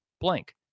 blank